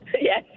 Yes